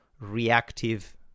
reactive